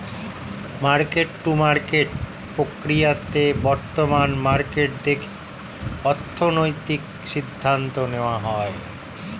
market to market প্রক্রিয়াতে বর্তমান market দেখে অর্থনৈতিক সিদ্ধান্ত নেওয়া হয়